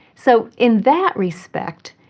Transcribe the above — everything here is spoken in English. so in that respect,